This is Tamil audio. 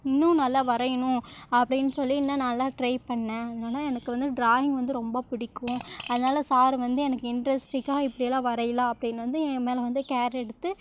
இன்னும் நல்லா வரையணும் அப்படின்னு சொல்லி இன்னும் நல்லா டிரை பண்ணிணேன் அதனால எனக்கு வந்து டிராயிங் வந்து ரொம்ப பிடிக்கும் அதனால சார் வந்து எனக்கு இன்ட்ரஸ்ட்டிக்காக இப்படி எல்லாம் வரையலாம் அப்படின்னு வந்து என் மேலே வந்து கேர் எடுத்து